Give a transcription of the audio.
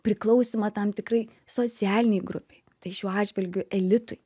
priklausymą tam tikrai socialinei grupei tai šiuo atžvilgiu elitui